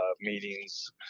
meetings